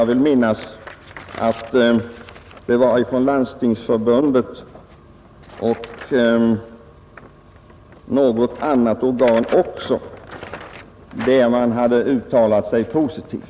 frivilliga sjukpen Jag vill minnas att Landstingsförbundet och även något annat organ ningförsäkringen uttalat sig positivt.